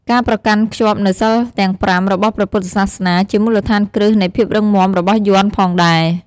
ការប្រកាន់ខ្ជាប់នូវសីលទាំង ៥ របស់ព្រះពុទ្ធសាសនា ជាមូលដ្ឋានគ្រឹះនៃភាពរឹងមាំរបស់យ័ន្តផងដែរ។